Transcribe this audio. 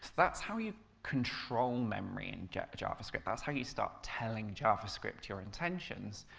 that's how you control memory in javascript, that's how you start telling javascript your intentions.